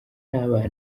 n’abana